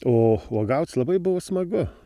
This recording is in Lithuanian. o uogauc labai buvo smagu